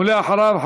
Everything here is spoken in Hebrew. ואחריו,